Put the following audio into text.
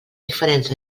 diferents